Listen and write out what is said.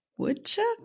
woodchuck